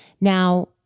Now